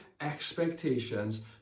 expectations